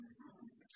વિદ્યાર્થી